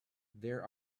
there